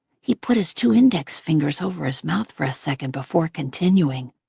he put his two index fingers over his mouth for a second before continuing.